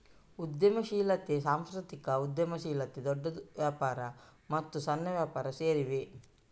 ಉದ್ಯಮಶೀಲತೆ, ಸಾಂಸ್ಕೃತಿಕ ಉದ್ಯಮಶೀಲತೆ, ದೊಡ್ಡ ವ್ಯಾಪಾರ ಮತ್ತು ಸಣ್ಣ ವ್ಯಾಪಾರ ಸೇರಿವೆ